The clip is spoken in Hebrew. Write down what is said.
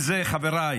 וזה, חבריי